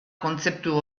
kontzeptu